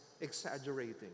exaggerating